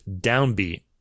downbeat